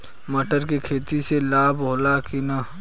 मटर के खेती से लाभ होला कि न?